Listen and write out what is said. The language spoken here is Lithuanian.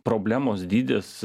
problemos dydis